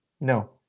No